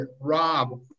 Rob